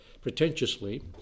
pretentiously